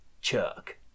Chuck